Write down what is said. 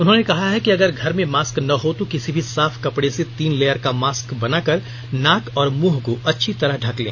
उन्होंने कहा है कि अगर घर में मास्क न हो तो किसी भी साफ कपड़े से तीन लेयर का मास्क बनाकर नाक और मुंह को अच्छी तरह ढक ले